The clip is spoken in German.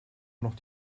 noch